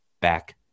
back